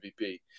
MVP